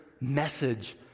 message